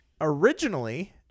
originally